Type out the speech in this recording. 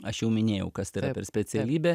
aš jau minėjau kas tai yra per specialybė